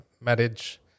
marriage